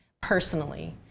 personally